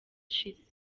ishize